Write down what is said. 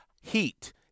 heat